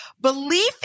Belief